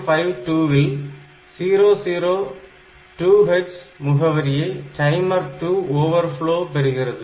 8052 இல் 002h முகவரியை timer 2 overflow பெறுகிறது